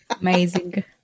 amazing